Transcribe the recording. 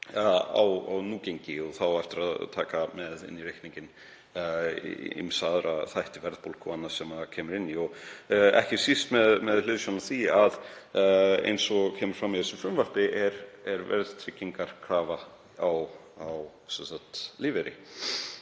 á núgengi og þá á eftir að taka með í reikninginn ýmsa aðra þætti, verðbólgu og annað sem kemur inn í og ekki síst með hliðsjón af því, eins og kemur fram í þessu frumvarpi, að það er verðtryggingarkrafa á